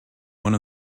one